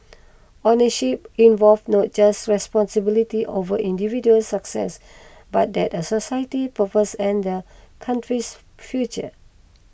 ownership involved not just responsibility over individual success but that the society's purpose and the country's future